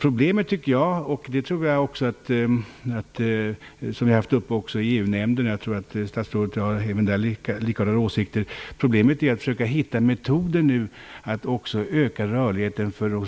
Jag tycker att problemet är - det har även tagits upp i EU-nämnden och jag tror att statsrådet har likartade åsikter - att försöka finna metoder för att också öka rörligheten för